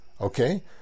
Okay